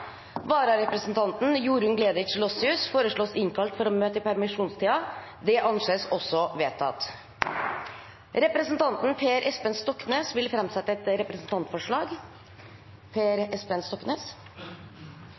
Vararepresentanten, Jorunn Gleditsch Lossius , foreslås innkalt for å møte i permisjonstiden. – Det anses også vedtatt. Representanten Per Espen Stoknes vil framsette et representantforslag.